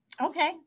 Okay